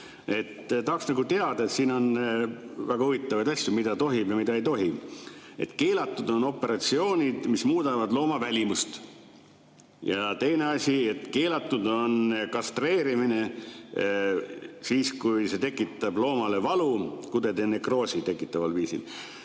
Tahaksin teada. Siin on väga huvitavaid asju, mida tohib ja mida ei tohi. Keelatud on operatsioonid, mis muudavad looma välimust. Teine asi, keelatud on kastreerimine, kui see tekitab loomale valu kudede nekroosi tekitaval viisil.